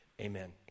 amen